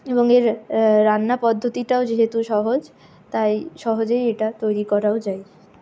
এবং এর রান্নাপদ্ধতিটাও যেহেতু সহজ তাই সহজেই এটা তৈরি করাও যায়